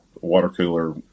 water-cooler